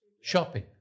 shopping